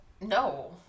No